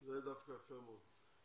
זה דווקא יפה מאוד.